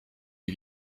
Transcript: les